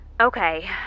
Okay